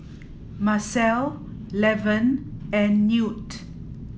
Marcel Levon and Newt